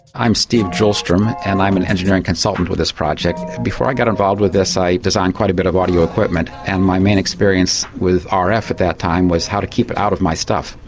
i'm steve julstrom, and i'm an engineering consultant with this project. before i got involved with this i designed quite a bit of audio equipment, and my main experience with rf at that time, was how to keep it out of my stuff.